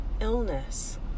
illness